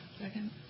Second